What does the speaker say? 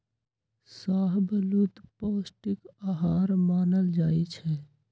शाहबलूत पौस्टिक अहार मानल जाइ छइ